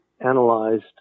analyzed